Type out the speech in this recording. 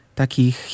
takich